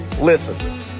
Listen